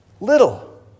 Little